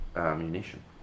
munition